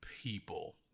people